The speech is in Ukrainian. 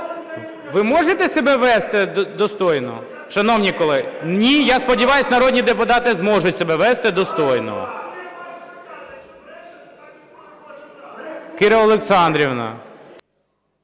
Ви можете себе вести достойно? Шановні колеги! Ні, я сподіваюсь, народні депутати зможуть себе вести достойно. ГОЛОВУЮЧИЙ. Кіра Олександрівна.